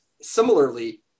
Similarly